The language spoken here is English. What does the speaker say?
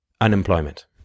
Unemployment